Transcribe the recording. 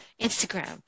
Instagram